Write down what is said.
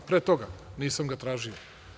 Pre toga, nisam ga tražio.